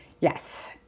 Yes